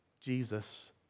Jesus